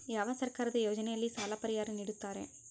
ಯಾವ ಸರ್ಕಾರದ ಯೋಜನೆಯಲ್ಲಿ ಸಾಲ ಪರಿಹಾರ ನೇಡುತ್ತಾರೆ?